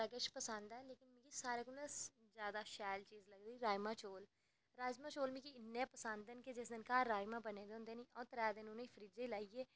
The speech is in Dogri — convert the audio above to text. मिगी बड़ा किश पसंद ऐ सारें कोला जैदा शैल चीज राजमांह् चौल राजमांह् चौल मिगी इन्ने पसंद न कि जिस दिन घर राजमांह् बने दे होंदे निं अ'ऊं उ'नें गी त्रै दिन फ्रिज च लाइयै